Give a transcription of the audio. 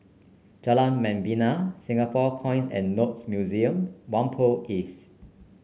Jalan Membina Singapore Coins and Notes Museum Whampoa East